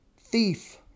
thief